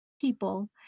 People